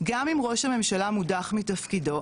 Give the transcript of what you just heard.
גם אם ראש הממשלה מודח מתפקידו,